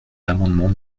l’amendement